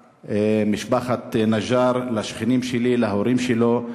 למשפחת נג'אר, לשכנים שלי, להורים שלו,